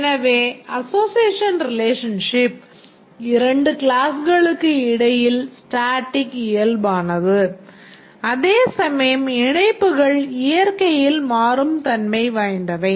எனவே association relationship இரண்டு கிளாஸ்களுக்கு இடையில் static இயல்பானது அதேசமயம் இணைப்புகள் இயற்கையில் மாறும் தன்மை வாய்ந்தவை